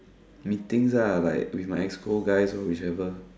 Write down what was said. meetings ah like with my school guys orh whichever